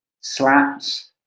SLAPs